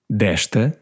desta